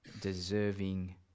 deserving